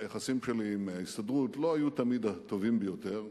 היחסים שלי עם ההסתדרות לא תמיד היו הטובים ביותר,